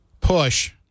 Push